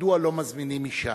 מדוע לא מזמינים אשה?